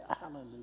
hallelujah